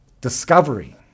discovery